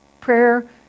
Prayer